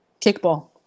Kickball